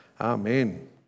Amen